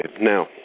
Now